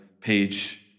page